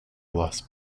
less